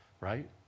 right